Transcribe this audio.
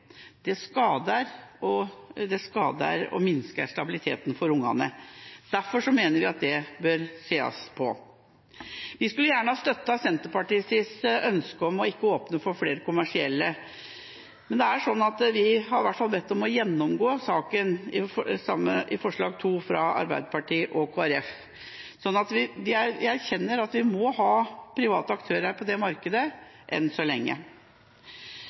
Det skader ungene og minsker stabiliteten for dem. Derfor mener vi at dette bør ses på. Vi skulle gjerne ha støttet Senterpartiet i deres ønske om ikke å åpne for flere kommersielle aktører, men det er sånn at vi i hvert fall i forslag nr. 2, fra Arbeiderpartiet og Kristelig Folkeparti, har bedt om at man gjennomgår saken. Jeg erkjenner at vi må ha private aktører på det markedet enn så lenge.